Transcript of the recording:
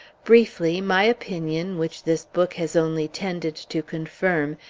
briefly, my opinion, which this book has only tended to confirm,